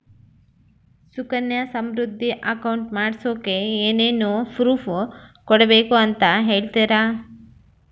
Sukanya Samriddhi account ಮಾಡಿಸೋಕೆ ಏನೇನು proof ಕೊಡಬೇಕು ಅಂತ ಹೇಳ್ತೇರಾ?